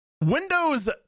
Windows